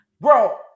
Bro